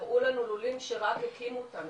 הראו לנו לולים שרק הקימו אותם,